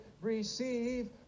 receive